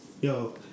Yo